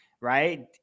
right